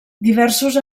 diversos